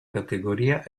categoria